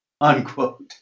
Unquote